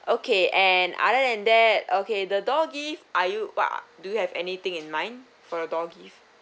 okay and other than that okay the door gift are you what are do you have anything in mind for the door gift